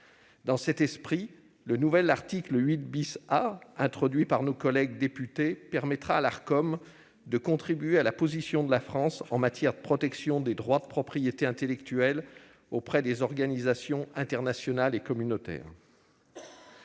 Dans cet esprit, le nouvel article 8 A introduit par nos collègues députés permettra à l'Arcom de contribuer à renforcer la position de la France en matière de protection des droits de propriété intellectuelle auprès des organisations internationales et communautaires.